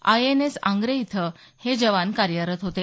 INS Angre इथं हे जवान कार्यरत होते